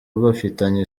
bafitanye